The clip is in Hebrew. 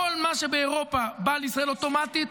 כל מה שבאירופה בא לישראל אוטומטית,